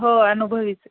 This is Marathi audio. हो अनुभवीच